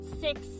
six